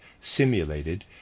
simulated